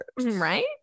right